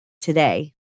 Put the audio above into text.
today